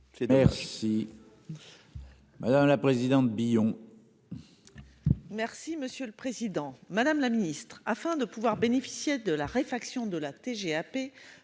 merci. Madame la présidente Billon. Merci, monsieur le Président Madame la Ministre afin de pouvoir bénéficier de la réfraction de la TGAP